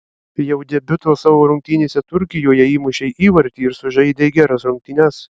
jau debiuto savo rungtynėse turkijoje įmušei įvartį ir sužaidei geras rungtynes